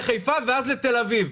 לחיפה ואז לתל אביב,